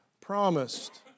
promised